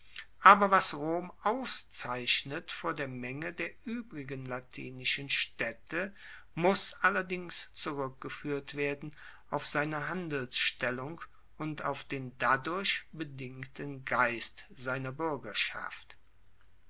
aber was rom auszeichnet vor der menge der uebrigen latinischen staedte muss allerdings zurueckgefuehrt werden auf seine handelsstellung und auf den dadurch bedingten geist seiner buergerschaft